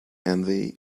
envy